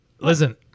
listen